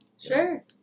Sure